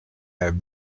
have